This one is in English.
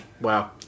Wow